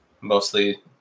mostly